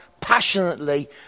passionately